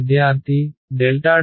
విద్యార్థి ∇